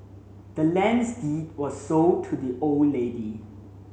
the land's deed was sold to the old lady